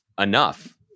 enough